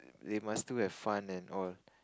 they must still have fun and all